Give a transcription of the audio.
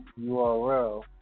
URL